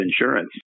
insurance